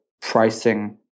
pricing